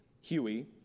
Huey